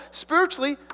spiritually